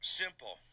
simple